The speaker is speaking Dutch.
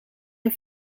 hun